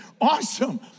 awesome